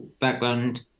background